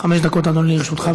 חמש דקות, אדוני, לרשותך.